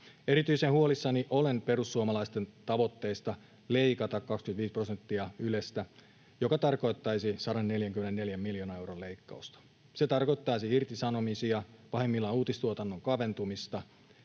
Erityisen huolissani olen perussuomalaisten tavoitteista leikata 25 prosenttia Ylestä, jotka tarkoittaisivat 144 miljoonan euron leikkausta. Se tarkoittaisi irtisanomisia, pahimmillaan uutistuotannon kaventumista,